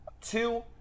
two